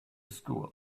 school